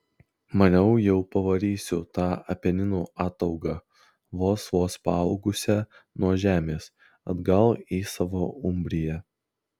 maniau jau pavarysiu tą apeninų ataugą vos vos paaugusią nuo žemės atgal į savo umbriją